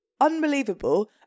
unbelievable